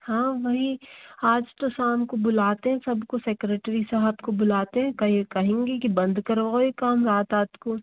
हाँ भाई आज तो शाम को बुलाते हैं सबको सेक्रेटरी साहब को बुलाते है कइ कहेंगे की बंद करोवाओ ये काम रात रात को